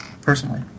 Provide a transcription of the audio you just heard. personally